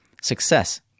success